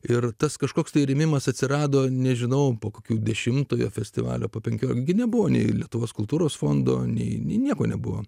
ir tas kažkoks tai rėmimas atsirado nežinau po kokių dešimtojo festivalio po penkių ogi nebuvo nei lietuvos kultūros fondo nei nieko nebuvo